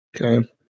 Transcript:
okay